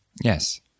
Yes